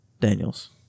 Daniels